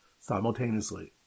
simultaneously